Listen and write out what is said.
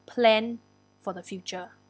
plan for the future